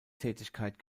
tätigkeit